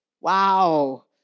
Wow